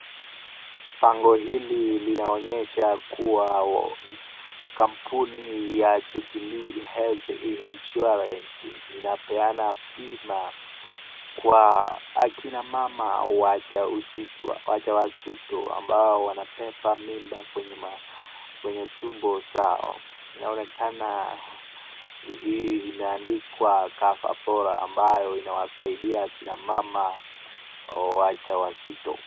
Bango hili linaonyesha kuwa kampuni ya Jubilee Health Insurance inapeana bima kwa akina mama waja wazito ambao wamebeba mimba kwenye kwenye tumbo zao. Inaonekana hii imeandikwa cover bora ambayo inawasaidia akina mama waja wazito.